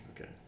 okay